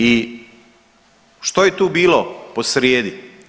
I što je tu bilo posrijedi?